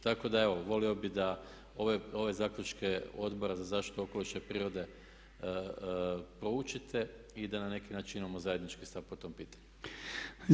Tako da evo volio bih da ove zaključke Odbora za zaštitu okoliša i prirode proučite i da na neki način imamo zajednički stav po tom pitanju.